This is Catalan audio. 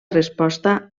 resposta